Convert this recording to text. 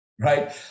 Right